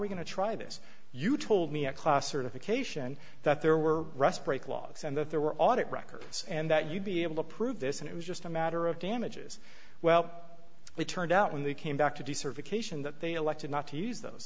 we going to try this you told me a class or to cation that there were rest break logs and that there were audit records and that you'd be able to prove this and it was just a matter of damages well it turned out when they came back to decertification that they elected not to use th